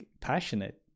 passionate